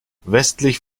westlich